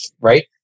right